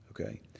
Okay